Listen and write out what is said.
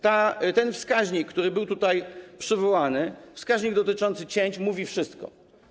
Ten wskaźnik, który był tutaj przywołany, wskaźnik dotyczący cięć, mówi wszystko.